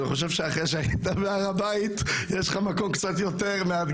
אני חושב שאחרי שהיית בהר הבית יש לך מקום יותר מאתגר,